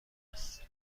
است